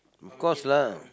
of course lah